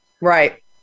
Right